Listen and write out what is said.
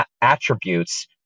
attributes